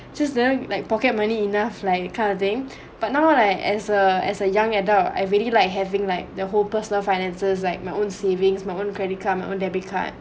just that one like pocket money enough like you kind of thing but not on a as a as a young adult I really like having like the whole personal finances like my own savings my own credit card my own debit card